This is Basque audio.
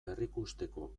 berrikusteko